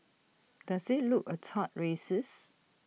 does IT look A tad racist